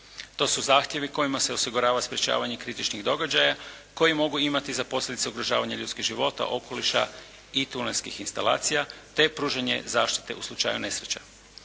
To su zahtjevi kojima se osigurava sprečavanje kritičnih događaja koji mogu imati za posljedicu ugrožavanje ljudskih života i tunelskih instalacija, te pružanje zaštite u slučaju nesreća.